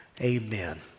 Amen